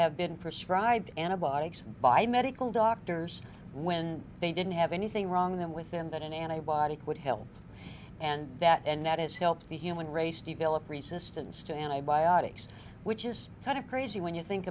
have been prescribed antibiotics by medical doctors when they didn't have anything wrong then within that an antibiotic would help and that and that has helped the human race develop resistance to antibiotics which is kind of crazy when you think